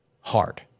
hard